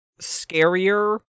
scarier